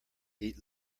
eat